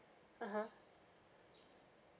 ah ha